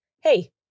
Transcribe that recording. hey